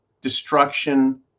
destruction